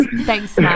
Thanks